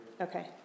Okay